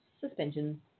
suspension